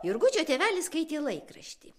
jurgučio tėvelis skaitė laikraštį